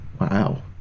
Wow